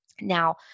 Now